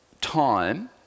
time